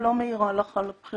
לא מעירה לך על הבחירה,